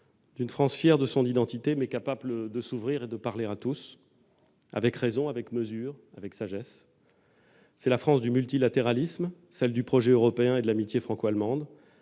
d'une France fière de son identité, mais capable de s'ouvrir et de parler à tous, avec raison, mesure et sagesse ; de la France du multilatéralisme, du projet européen et de l'amitié franco-allemande,